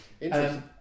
Interesting